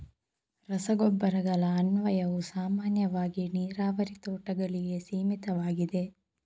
ರಸಗೊಬ್ಬರಗಳ ಅನ್ವಯವು ಸಾಮಾನ್ಯವಾಗಿ ನೀರಾವರಿ ತೋಟಗಳಿಗೆ ಸೀಮಿತವಾಗಿದೆ